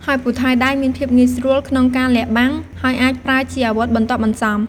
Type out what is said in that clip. ហើយពូថៅដៃមានភាពងាយស្រួលក្នុងការលាក់បាំង ហើយអាចប្រើជាអាវុធបន្ទាប់បន្សំ។